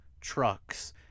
trucks